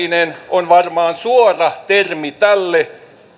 on varmaan suora termi tälle